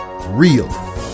real